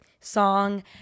song